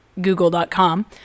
google.com